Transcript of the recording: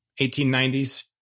1890s